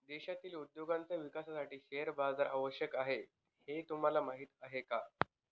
देशातील उद्योगांच्या विकासासाठी शेअर बाजार आवश्यक आहे हे तुम्हाला माहीत आहे का?